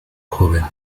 joven